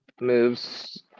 moves